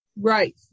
Right